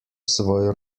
svoj